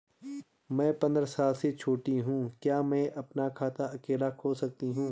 मैं पंद्रह साल से छोटी हूँ क्या मैं अपना खाता अकेला खोल सकती हूँ?